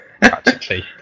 Practically